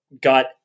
got